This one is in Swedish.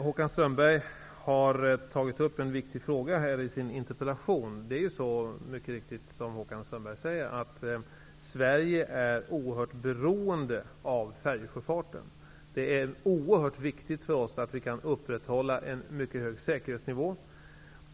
Herr talman! Håkan Strömberg har i sin interpellation tagit upp en viktig fråga. Som Håkan Strömberg mycket riktigt säger är Sverige oerhört beroende av färjesjöfarten. Det är mycket viktigt för oss att upprätthålla en mycket hög säkerhetsnivå.